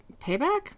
payback